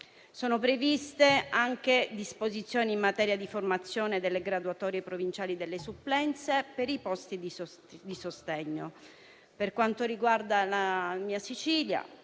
Sono previste anche disposizioni in materia di formazione delle graduatorie provinciali delle supplenze per i posti di sostegno. Per quanto riguarda la mia Sicilia,